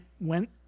went